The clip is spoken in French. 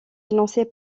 financé